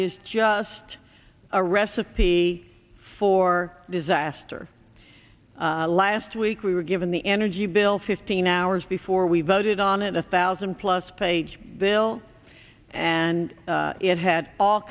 is just a recipe for disaster last week we were given the energy bill fifteen hours before we voted on it a thousand plus page bill and it had all